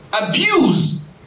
Abuse